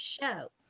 show